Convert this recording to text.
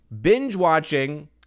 binge-watching